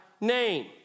name